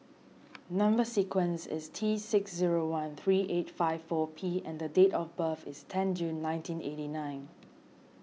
Number Sequence is T six zero one three eight five four P and the date of birth is ten June nineteen eighty nine